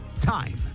Time